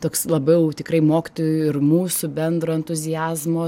toks labiau tikrai mokytojų ir mūsų bendro entuziazmo